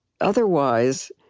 otherwise